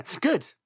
Good